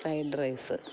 fried rice